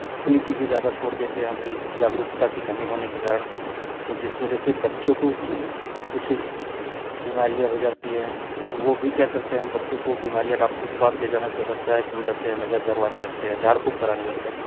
खुली चीजें ज्यादा छोड़ देते हैं अब भी जागरूकता की कमी होने के कारण तो जिस वजह से बच्चों को कुछ बीमारियाँ हो जाती हैं तो वो भी क्या करते हैं बच्चों को बीमारियाँ डॉक्टर के पास ले जाने से बचा है नजरवाने लगते हैं झाड़फूंक कराने लगते हैं